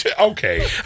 Okay